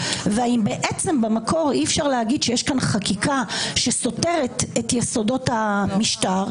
והאם במקור אי-אפשר להגיד שיש כאן חקיקה שסותרת את יסודות המשטר,